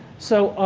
so,